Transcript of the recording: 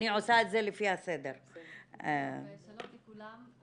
שלום לכולם,